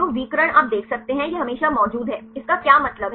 तो विकर्ण आप देख सकते हैं यह हमेशा मौजूद है इसका क्या मतलब है